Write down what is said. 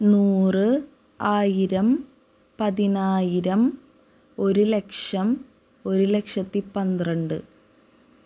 നൂറ് ആയിരം പതിനായിരം ഒരു ലക്ഷം ഒരു ലക്ഷത്തി പന്ത്രണ്ട്